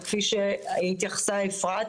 כפי שהתייחסה אפרת,